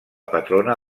patrona